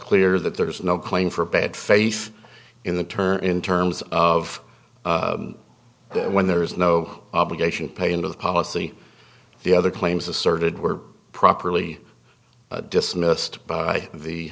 clear that there is no claim for bad faith in the term in terms of when there is no obligation to pay into the policy the other claims asserted were properly dismissed by the